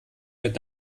mit